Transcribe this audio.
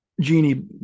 genie